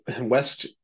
West